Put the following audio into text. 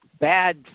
bad